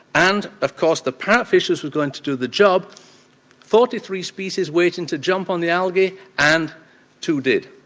and of course the parrot fish was going to do the job forty three species waiting to jump on the algae and two did.